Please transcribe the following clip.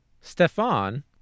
Stefan